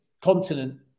continent